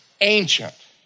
ancient